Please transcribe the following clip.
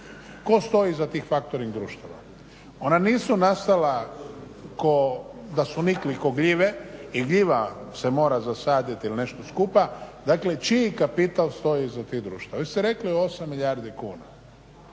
Tko stoji iza tih factoring društava? Ona nisu nastala ko da su nikli ko gljive i gljiva se mora zasaditi ili nešto skupa. Dakle, čiji kapital stoji iza tih društava? Već ste rekli 8 milijardi kuna,